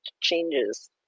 changes